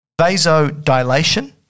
vasodilation